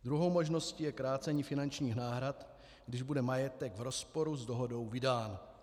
Druhou možností je krácení finančních náhrad, když bude majetek v rozporu s dohodou vydán.